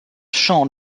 shawn